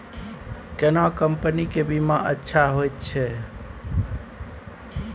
केना कंपनी के बीमा अच्छा होय छै?